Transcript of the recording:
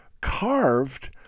carved